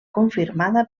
confirmada